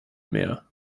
mehr